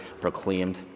proclaimed